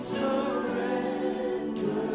surrender